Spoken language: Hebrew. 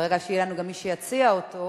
ברגע שיהיה לנו גם מי שהציע אותו,